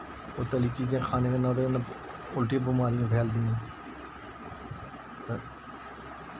ओह् तली चीजां खाने कन्नै उ'दे कन्नै उल्टी बमारियां फैल दियां ते